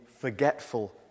forgetful